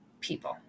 people